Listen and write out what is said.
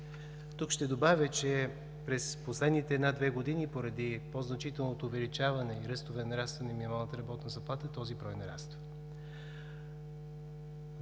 Тук ще добавя, че през последните една-две години поради по-значителното увеличаване ръста на нарастване на минималната работна заплата, този брой нараства.